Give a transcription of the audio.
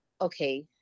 okay